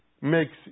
makes